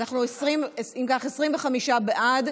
אם כך, 25 בעד,